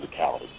physicality